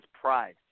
pride